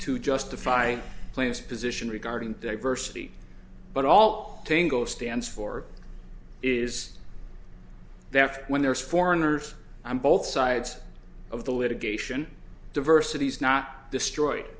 to justify claims position regarding diversity but all tangle stands for is that when there is foreigners i'm both sides of the litigation diversity's not destroyed